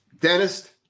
dentist